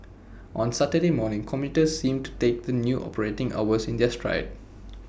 on Saturday morning commuters seemed to take the new operating hours in their stride